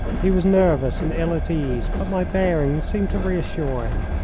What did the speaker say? he was nervous and ill at ease, but my bearing seemed to reassure him.